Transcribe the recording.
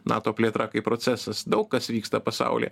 nato plėtra kaip procesas daug kas vyksta pasaulyje